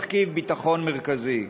במרכיב ביטחון מרכזי?